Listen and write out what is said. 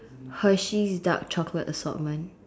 Hershey's dark chocolate assortment